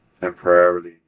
temporarily